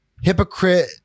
hypocrite